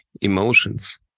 emotions